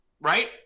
right